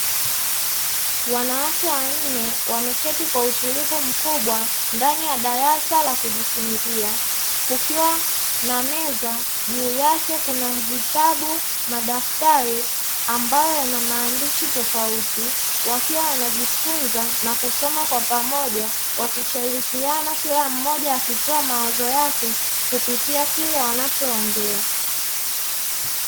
Wanawake wanne wameketi kwa utulivu mkubwa ndani ya darasa la kujifunzia, kukiwa na meza, juu yake kuna vitabu, madaftari, ambayo yana maandishi tofauti, wakiwa wanajifunza na kusoma kwa pamoja wakishirikiana kila mmoja akitoa mawazo yake kupitia kile wanachoongea.